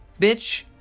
bitch